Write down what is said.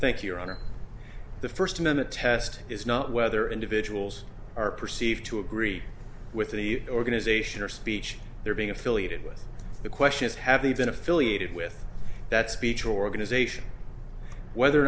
your honor the first minute test is not whether individuals are perceived to agree with the organization or speech they're being affiliated with the questions have they been affiliated with that speech organization whether or